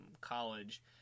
college